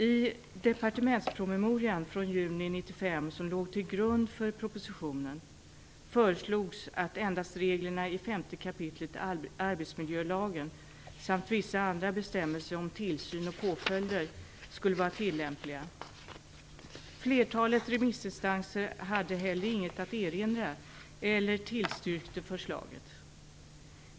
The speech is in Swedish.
I den departementspromemoria från juni 1995 som låg till grund för propositionen föreslogs att endast reglerna i 5 kap. arbetsmiljölagen samt vissa andra bestämmelser om tillsyn och påföljder skulle vara tillämpliga. Flertalet remissinstanser hade heller inget att erinra eller tillstyrkte förslaget.